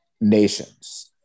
nations